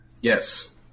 Yes